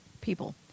people